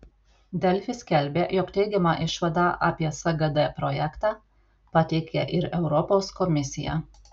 delfi skelbė jog teigiamą išvadą apie sgd projektą pateikė ir europos komisija